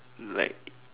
like